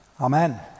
amen